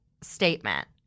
statement